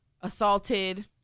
assaulted